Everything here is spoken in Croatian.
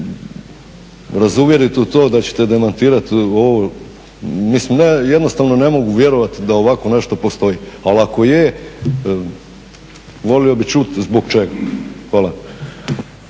razuvjeriti u to, da ćete demantirati ovo, jednostavno ne mogu vjerovati da ovakvo nešto postoji, ali ako je volio bih čuti zbog čega. Hvala.